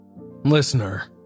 Listener